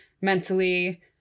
mentally